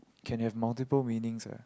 can have multiple meanings ah